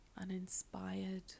uninspired